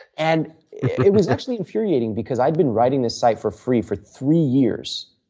and it was actually infuriating because i had been writing this site for free for three years,